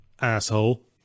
asshole